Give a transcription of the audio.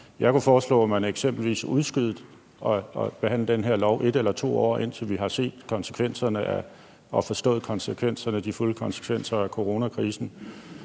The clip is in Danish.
Jeg kunne foreslå, at man eksempelvis udskød at behandle den her lov 1 eller 2 år, indtil vi har set og forstået de fulde konsekvenser af coronakrisen,